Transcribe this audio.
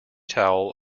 towel